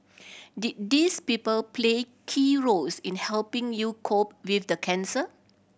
did these people play key roles in helping you cope with the cancer